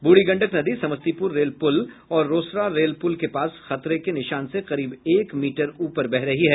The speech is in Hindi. बूढ़ी गंडक नदी समस्तीपुर रेल पुल ओर रोसड़ा रेल पुल के पास खतरे के निशान से करीब एक मीटर ऊपर बह रही है